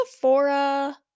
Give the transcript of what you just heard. Sephora